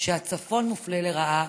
שהצפון מופלה לרעה,